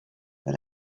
but